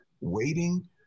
Waiting